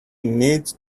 needs